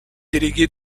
délégués